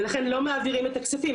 ולכן לא מעבירים את הכספים,